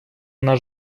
наш